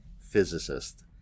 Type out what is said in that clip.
physicist